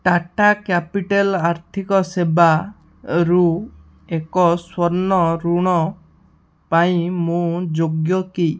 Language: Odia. ଟାଟା କ୍ୟାପିଟାଲ୍ ଆର୍ଥିକ ସେବାରୁ ଏକ ସ୍ଵର୍ଣ୍ଣ ଋଣ ପାଇଁ ମୁଁ ଯୋଗ୍ୟ କି